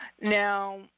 Now